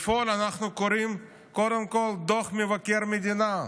בפועל אנחנו קוראים את דוח מבקר המדינה,